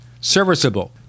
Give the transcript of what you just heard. serviceable